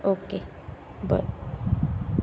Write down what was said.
okay बरें